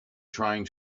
trying